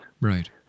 Right